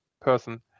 person